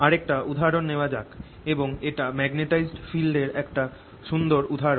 আরেকটা উদাহরণ নেওয়া যাক এবং এটা ম্যাগনেটিক ফিল্ড এর একটা সুন্দর উদাহরণ